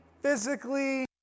physically